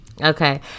okay